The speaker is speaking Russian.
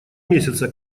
месяца